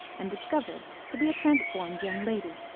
and discovered to be a transformed young lady.